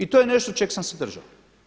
I to je nešto čega sam se držao.